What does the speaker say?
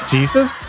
Jesus